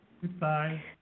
Goodbye